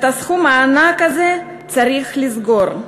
את הסכום הענק הזה צריך לסגור.